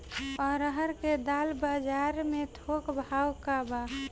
अरहर क दाल बजार में थोक भाव का बा?